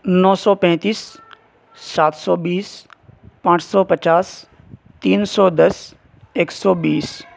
نو سو پینتیس سات سو بیس پانچ سو پچاس تین سو دس ایک سو بیس